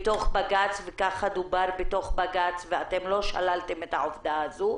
בבג"צ ואתם לא שללתם את העובדה הזאת.